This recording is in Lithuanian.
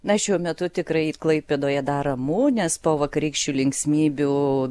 na šiuo metu tikrai klaipėdoje dar ramu nes po vakarykščių linksmybių